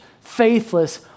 faithless